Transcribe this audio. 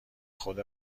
خود